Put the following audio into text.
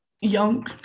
young